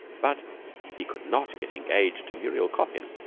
but he could not get engaged to muriel coppin.